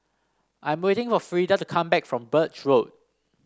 I'm waiting for Frieda to come back from Birch Road